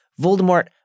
Voldemort